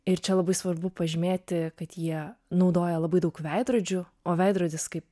ir čia labai svarbu pažymėti kad jie naudoja labai daug veidrodžių o veidrodis kaip